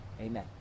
amen